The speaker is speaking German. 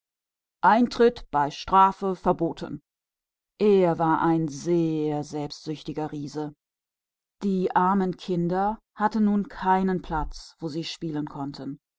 warnungstafel auf er war ein sehr eigensüchtiger riese die armen kinder hatten jetzt nichts mehr wo sie spielen konnten